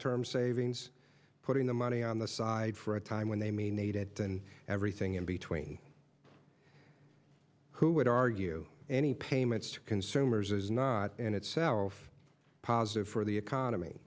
term savings putting the money on the side for a time when they may need it and everything in between who would argue any payments to consumers is not in itself positive for the economy